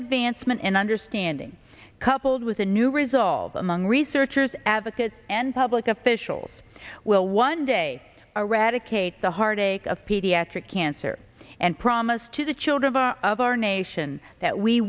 advancement and understanding coupled with a new resolve among researchers advocates and public officials will one day eradicate the heartache of pediatric cancer and promise to the children of our nation that we